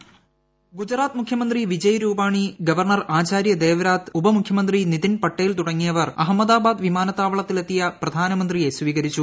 voice Gujarat മുഖ്യമന്ത്രി Vijay Rupani governor Acharya Devvrat ഉപമുഖ്യമന്ത്രി നിതിൻ പട്ടേൽ തുടങ്ങിയവർ അഹമ്മദാബാദ് വിമാനത്താവളത്തിൽ എത്തിയ പ്രധാനമന്ത്രിയെ സ്ഥീകരിച്ചു